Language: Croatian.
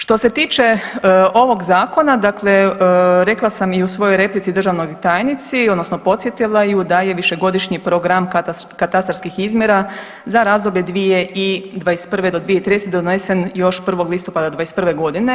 Što se tiče ovog zakona, dakle rekla sam i u svojoj replici državnoj tajnici odnosno podsjetila ju da je višegodišnji program katastarskih izmjera za razdoblje 2021. do 2030. donesen još 1. listopada '21.g.